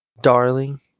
darling